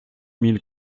mille